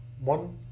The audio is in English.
One